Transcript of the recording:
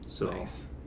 Nice